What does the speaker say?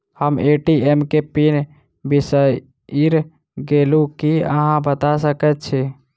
हम ए.टी.एम केँ पिन बिसईर गेलू की अहाँ बता सकैत छी?